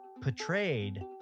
portrayed